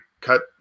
cut